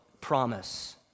Promise